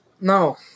No